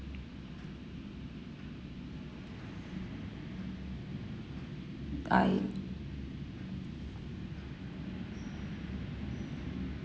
I